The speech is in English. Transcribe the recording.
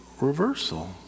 reversal